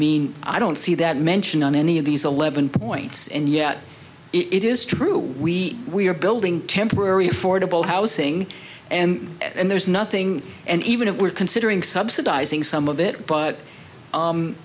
mean i don't see that mentioned on any of these eleven points and yet it is true we we are building temporary affordable housing and there's nothing and even if we're considering subsidizing some of it